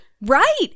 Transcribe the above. Right